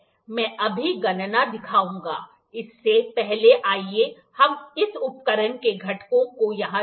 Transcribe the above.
मैं अभी गणना दिखाऊंगा इससे पहले आइए हम इस उपकरण के घटकों को यहां देखें